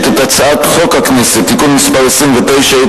את הצעת חוק הכנסת (תיקון מס' 29),